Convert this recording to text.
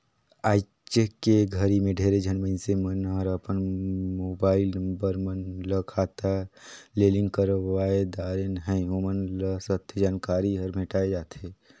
आइज के घरी मे ढेरे झन मइनसे मन हर अपन मुबाईल नंबर मन ल खाता ले लिंक करवाये दारेन है, ओमन ल सथे जानकारी हर भेंटाये जाथें